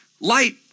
Light